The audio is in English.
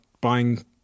buying